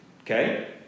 Okay